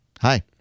Hi